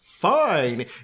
Fine